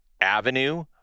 avenue